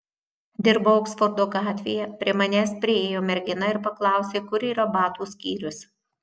dirbau oksfordo gatvėje prie manęs priėjo mergina ir paklausė kur yra batų skyrius